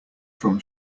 from